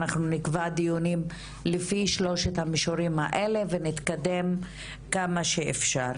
אנחנו נקבע דיונים לפי שלושת המישורים האלה ונתקדם כמה שאפשר.